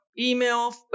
email